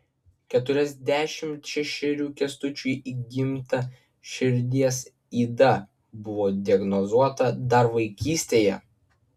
keturiasdešimt šešerių kęstučiui įgimta širdies yda buvo diagnozuota dar vaikystėje